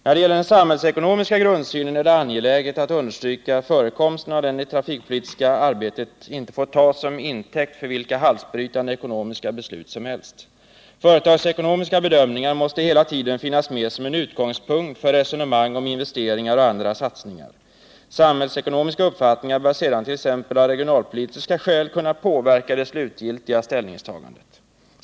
När det gäller den samhällsekonomiska grundsynen är det angeläget att understryka att förekomsten av den i det trafikpolitiska arbetet inte får tas som intäkt för vilka halsbrytande ekonomiska beslut som helst. Företagsekonomiska bedömningar måste hela tiden finnas med som en utgångspunkt för resonemang om investeringar och andra satsningar. Men samhällsekonomiska uppfattningar bör sedan t.ex. av regionalpolitiska skäl kunna påverka det slutgiltiga ställningstagandet.